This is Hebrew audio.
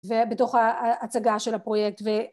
ובתוך ההצגה של הפרויקט